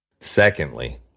Secondly